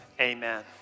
Amen